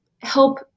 help